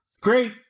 Great